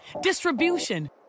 distribution